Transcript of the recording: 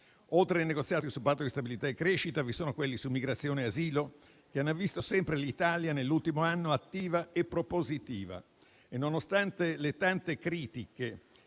Oltre ai negoziati sul Patto di stabilità e crescita, vi sono quelli su migrazione e asilo, che hanno visto sempre l'Italia nell'ultimo anno attiva e propositiva e, nonostante le tante critiche